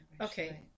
Okay